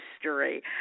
history